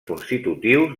constitutius